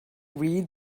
read